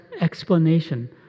explanation